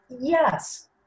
yes